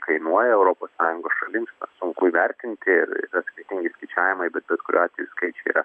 kainuoja europos sąjungos šalims sunku įvertinti ir yra skirtingi skaičiavimai bet bet kuriuo atveju skaičiai yra